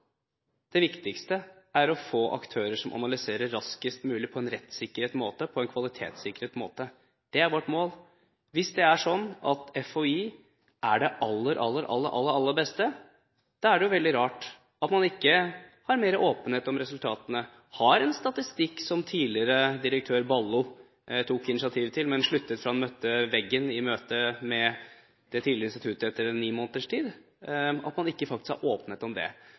det viktigste er å få aktører som analyserer raskest mulig på en rettssikker måte og på en kvalitetssikret måte. Det er vårt mål. Hvis det er sånn at Folkehelseinstituttet er det aller, aller beste, er det veldig rart at man ikke har mer åpenhet om hvorvidt resultatene har en statistikk – som tidligere direktør Ballo ved RMI tok initiativet til, men han sluttet etter ni måneders tid fordi han møtte veggen i møte med det tidligere instituttet. Det er rart at man ikke har åpenhet om det.